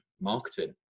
marketing